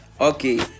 Okay